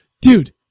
dude